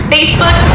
Facebook